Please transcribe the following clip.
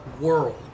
world